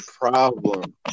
problem